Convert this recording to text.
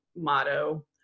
motto